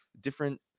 different